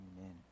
amen